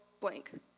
blank